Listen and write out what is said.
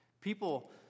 People